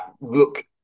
look